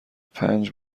پنج